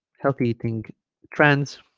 healthy eating trends